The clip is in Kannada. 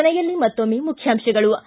ಕೊನೆಯಲ್ಲಿ ಮತ್ತೊಮ್ನೆ ಮುಖ್ಯಾಂಶಗಳು